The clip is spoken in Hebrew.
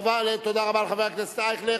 תודה רבה לחבר הכנסת אייכלר.